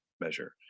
measure